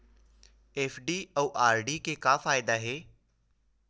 FD अउ RD के का फायदा हे?